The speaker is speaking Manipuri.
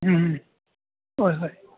ꯎꯝ ꯍꯣꯏ ꯍꯣꯏ